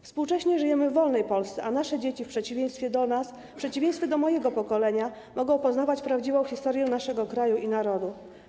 Współcześnie żyjemy w wolnej Polsce, a nasze dzieci w przeciwieństwie do nas, w przeciwieństwie do mojego pokolenia, mogą poznawać prawdziwą historię naszego kraju i narodu.